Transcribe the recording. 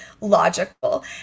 logical